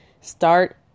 start